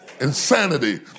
Insanity